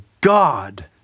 God